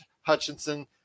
Hutchinson